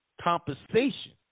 compensation